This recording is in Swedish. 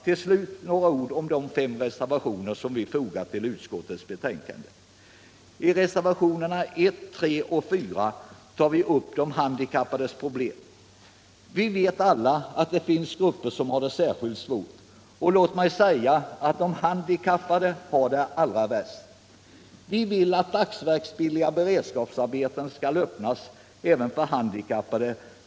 Till slut några ord om de fem reservationer som vi fogat till utskottets betänkande. I reservationerna 1, 3 och 4 tar vi upp de handikappades problem. Vi vet alla att det finns grupper som har det särskilt svårt, och låt mig säga att de handikappade har det allra värst. Vi vill att dagsverksbilliga beredskapsarbeten skall öppnas även för handikappade.